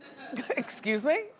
excuse me?